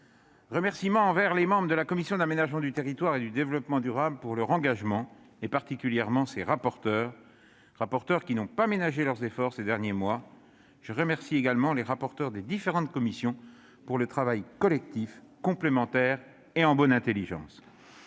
remercier les membres de la commission de l'aménagement du territoire et du développement durable pour leur engagement, en particulier ses rapporteurs, qui n'ont pas ménagé leurs efforts ces derniers mois. Je remercie également les rapporteurs des commissions saisies pour avis pour le travail collectif et complémentaire réalisé en bonne intelligence.